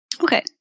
Okay